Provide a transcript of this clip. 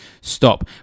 stop